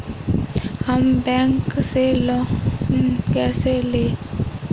हम बैंक से लोन कैसे लें?